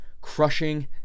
crushing